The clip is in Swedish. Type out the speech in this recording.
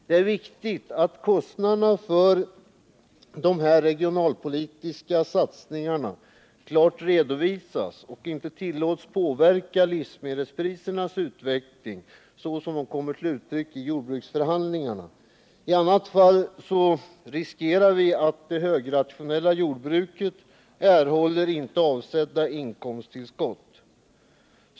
Det är viktigt att kostnaderna för dessa regionalpolitiska satsningar klart redovisas och inte tillåts påverka livsmedelsprisernas utveckling såsom sker i jordbruksförhandlingarna. I annat fall riskerar vi att det högrationella jordbruket erhåller inte avsedda inkomsttillskott.